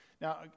Now